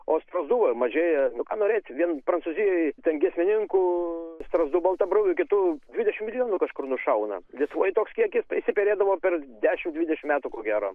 o strazdų mažėja ką norėti vien prancūzijoj ten giesmininkų strazdų baltabruvių kitų dvidešimt milijonų kažkur nušauna lietuvoj toks kiekis išsiperėdavo per dešimt dvidešimt metų ko gero